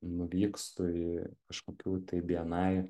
nuvykstu į kažkokių tai bni